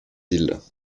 îles